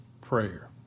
prayer